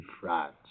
France